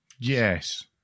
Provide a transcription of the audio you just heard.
Yes